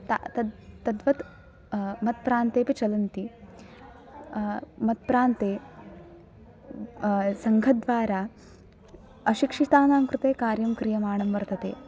तद् तद्वत् मत्प्रान्ते अपि चलन्ति मत्प्रान्ते सङ्घद्वारा अशिक्षितानां कृते कार्यं क्रियमाणं वर्तते